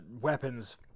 weapons